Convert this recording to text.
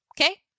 Okay